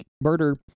murder